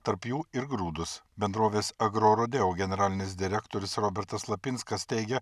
tarp jų ir grūdus bendrovės agrorodeo generalinis direktorius robertas lapinskas teigia